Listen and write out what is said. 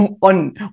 on